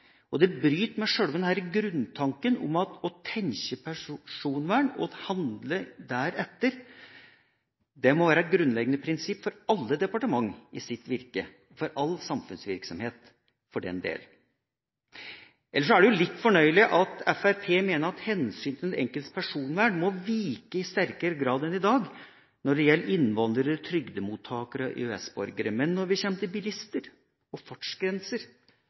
alle departementer i deres virke – for all samfunnsvirksomhet, for den del. Ellers er det litt fornøyelig at Fremskrittspartiet mener at hensynet til den enkeltes personvern må vike i sterkere grad enn i dag når det gjelder innvandrere, trygdemottakere og EØS-borgere, men når det gjelder bilister og fartsgrenser,